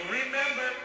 remember